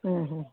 ಹ್ಞೂ ಹ್ಞೂ